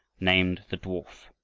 named the dwarf.